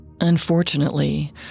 Unfortunately